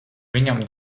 viņam